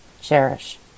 Cherish